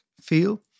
feel